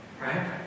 right